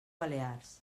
balears